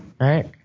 right